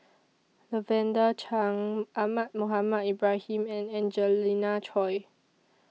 Lavender Chang Ahmad Mohamed Ibrahim and Angelina Choy